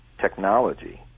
technology